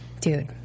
Dude